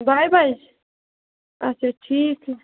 دۄیہِ بجہِ اَچھا ٹھیٖک چھُ